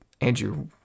Andrew